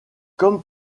comme